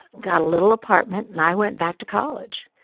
got a little apartment, and i went back to college.